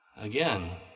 Again